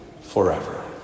forever